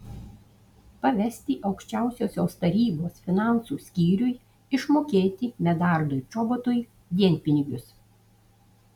pavesti aukščiausiosios tarybos finansų skyriui išmokėti medardui čobotui dienpinigius